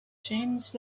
james